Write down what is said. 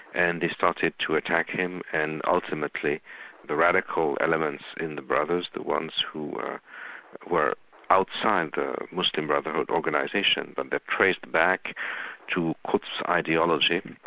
and they started to attack him and ultimately the radical elements in the brothers, the ones who were were outside the muslim brotherhood organisation, but they traced back to qutb's ideology,